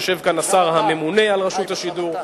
יושב כאן השר הממונה על רשות השידור,